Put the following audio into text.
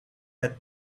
had